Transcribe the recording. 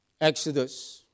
Exodus